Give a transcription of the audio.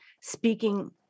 speaking